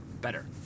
better